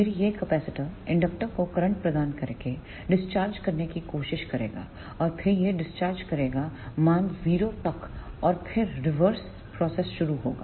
फिर यह capacitor inductor को करंट प्रदान करके डिस्चार्ज करने की कोशिश करेगा और फिर यह डिस्चार्ज करेगा मान 0 तक और फिर रिवर्स प्रक्रिया शुरू होगी